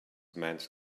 meant